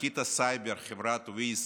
ענקית הסייבר חברת Waze,